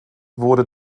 wurde